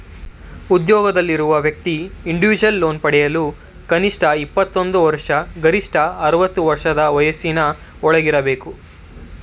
ಉದ್ಯೋಗದಲ್ಲಿರುವ ವ್ಯಕ್ತಿ individual loan ಪಡೆಯಲು ಕನಿಷ್ಠ ಇಪ್ಪತ್ತೊಂದು ವರ್ಷ ಗರಿಷ್ಠ ಅರವತ್ತು ವರ್ಷ ವಯಸ್ಸಿನ ಒಳಗಿರಬೇಕು